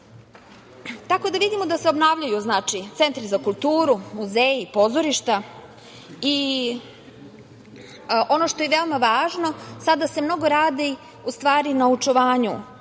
da vidimo da se obnavljaju centri za kulturu, muzeji, pozorišta i ono što je veoma važno, sada se mnogo radi na očuvanju